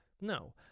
No